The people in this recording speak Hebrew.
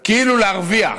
כאילו להרוויח,